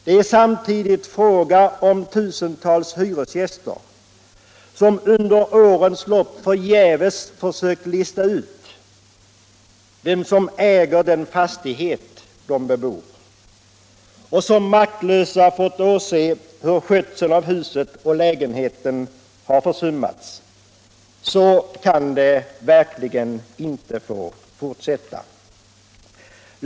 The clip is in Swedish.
Det är samtidigt fråga om tusentals hyresgäster, som under årens lopp förgäves försökt lista ut vem som äger den fastighet de bebor och som maktlösa fått åse hur skötseln av huset och lägenheten försummats. Så kan det verkligen inte få fortsätta.